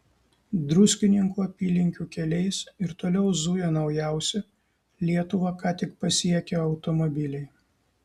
druskininkų apylinkių keliais ir toliau zuja naujausi lietuvą ką tik pasiekę automobiliai